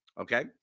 Okay